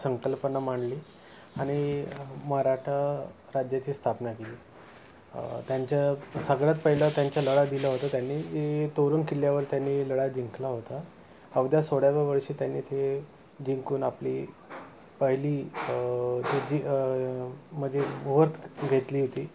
संकल्पना मांडली आणि मराठा राज्याची स्थापना केली त्यांच्या सगळ्यात पहिला त्यांच्या लढा दिला होता त्यांनी ती तोरणा किल्ल्यावर त्यांनी लढा जिंकला होता अवघ्या सोळाव्या वर्षी त्यांनी ते जिंकून आपली पहिली जे जी म्हणजे वर्त घेतली होती